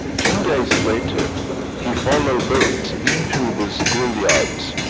two days later he followed bert into the schoolyard,